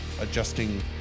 adjusting